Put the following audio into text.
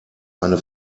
eine